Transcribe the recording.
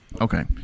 Okay